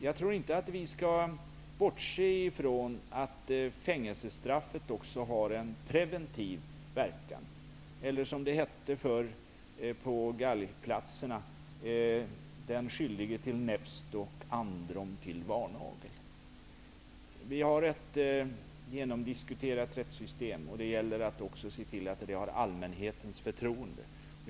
Jag tror inte att vi skall bortse från att fängelsestraffet också har en preventiv verkan, eller som det hette förr på galgplatserna: Den skyldige till näpst och androm till varnagel. Vi har ett genomdiskuterat rättssystem och det gäller att se till att det har allmänhetens förtroende.